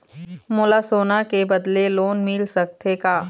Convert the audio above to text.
मोला सोना के बदले लोन मिल सकथे का?